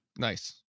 Nice